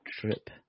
trip